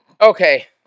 Okay